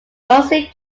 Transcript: mostly